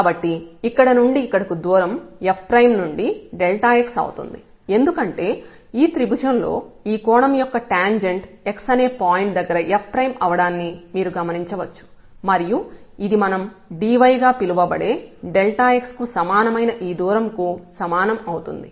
కాబట్టి ఇక్కడ నుండి ఇక్కడకు దూరం f నుండి x అవుతుంది ఎందుకంటే ఈ త్రిభుజం లో ఈ కోణం యొక్క టాంజెంట్ x అనే పాయింట్ దగ్గర f అవడాన్ని మీరు గుర్తించవచ్చు మరియు ఇది మనం dyగా పిలువబడే x కు సమానమైన ఈ దూరం కు సమానం అవుతుంది